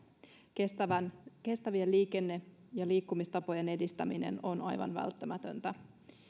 kestävien liikenne ja liikkumistapojen edistäminen on aivan välttämätöntä